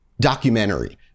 documentary